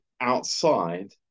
outside